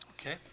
okay